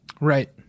right